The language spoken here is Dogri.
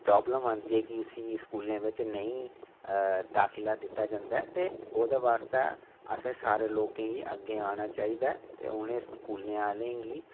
प्रॉब्लम आंदी ऐ कि इसी स्कूलें बिच नेईं दाखिला दित्ता जंदा ऐ ते ओह्दे आस्तै असें सारें लोकें गी अग्गै आना चाहिदा ऐ ते उ'नें स्कूलें आह्लें गी